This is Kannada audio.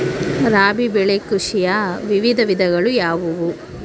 ರಾಬಿ ಬೆಳೆ ಕೃಷಿಯ ವಿವಿಧ ವಿಧಗಳು ಯಾವುವು?